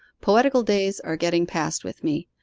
poetical days are getting past with me,